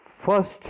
first